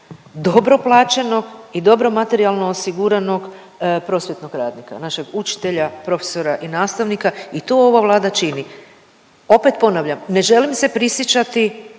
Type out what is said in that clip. dobro plaćenog i dobro materijalno osiguranog prosvjetnog radnika, našeg učitelja, profesora i nastavnika i to ova Vlada čini. Opet ponavljam, ne želim se prisjećati